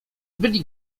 byli